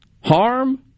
harm